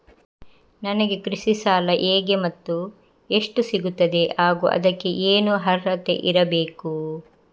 ನನಗೆ ಕೃಷಿ ಸಾಲ ಹೇಗೆ ಮತ್ತು ಎಷ್ಟು ಸಿಗುತ್ತದೆ ಹಾಗೂ ಅದಕ್ಕೆ ಏನು ಅರ್ಹತೆ ಇರಬೇಕು?